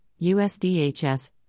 USDHS